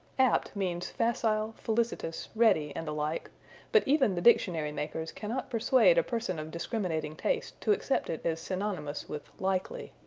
apt means facile, felicitous, ready, and the like but even the dictionary-makers cannot persuade a person of discriminating taste to accept it as synonymous with likely.